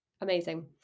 Amazing